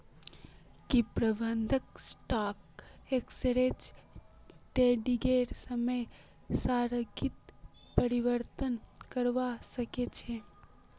की प्रबंधक stock exchange ट्रेडिंगेर समय सारणीत परिवर्तन करवा सके छी